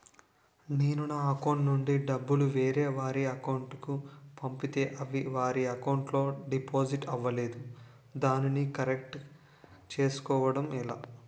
నేను నా అకౌంట్ నుండి డబ్బు వేరే వారి అకౌంట్ కు పంపితే అవి వారి అకౌంట్ లొ డిపాజిట్ అవలేదు దానిని కరెక్ట్ చేసుకోవడం ఎలా?